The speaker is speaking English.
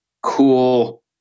cool